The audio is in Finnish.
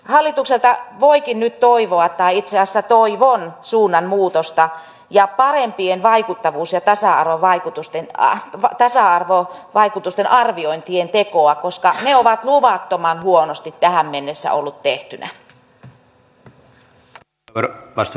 hallitukselta voikin nyt toivoa tai itse asiassa toivon suunnanmuutosta ja parempien vaikuttavuus ja tasa arvovaikutusten arviointien tekoa koska ne ovat luvattoman huonosti tähän mennessä olleet tehtynä